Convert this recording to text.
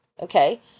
okay